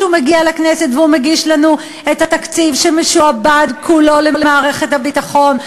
כשהוא מגיע לכנסת והוא מגיש לנו את התקציב שמשועבד כולו למערכת הביטחון?